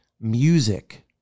Music